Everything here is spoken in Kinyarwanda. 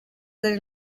zari